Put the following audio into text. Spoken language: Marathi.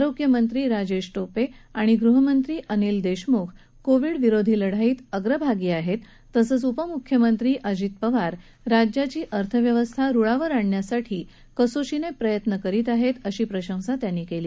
आरोग्यमंत्री राजेश टोपे आणि गृहमंत्री अनिल देशमुख कोविड विरोधी लढाईत अग्रभागी आहेत तसंच उपमुख्यमंत्री अजित पवार राज्याची अर्थव्यवस्था रुळावर आणण्यासाठी कसोशीने प्रयत्न करीत आहेत अशी प्रशंसा त्यांनी केली